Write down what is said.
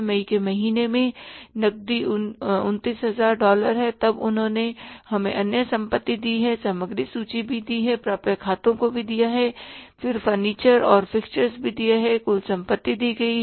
मई के महीने में नकदी 29000 डॉलर है तब उन्होंने हमें अन्य संपत्ति दी है सामग्री सूची भी दी है प्राप्य खातों को भी दिया है फिर फर्नीचर और फिक्सचर्स भी दिया है कुल संपत्ति दी गई है